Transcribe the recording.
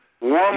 Woman